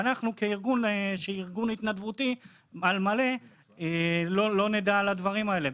ואנחנו כארגון התנדבותי על מלא לא נדע על הדברים האלה.